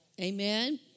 Amen